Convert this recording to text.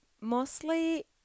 Mostly